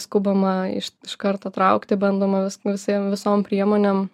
skubama iš iš karto traukti bandoma vis visiem visom priemonėm